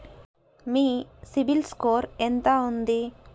మీ CIBIL score ఎంత ఉంది?